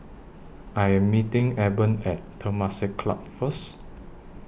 I Am meeting Eben At Temasek Club First